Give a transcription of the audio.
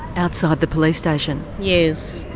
outside the police station? yes.